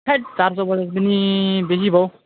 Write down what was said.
हैट् चार सौ भए पनि बेसी भयो